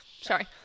Sorry